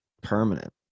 permanent